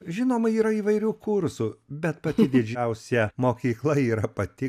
žinoma yra įvairių kursų bet pati didžiausia mokykla yra pati